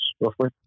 roughly